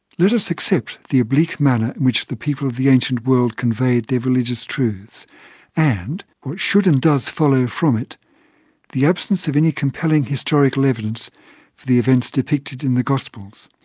let us accept the oblique manner in which the people of the ancient world conveyed their religious truths and what should and does follow from it the absence of any compelling historical evidence for the events depicted in the gospels.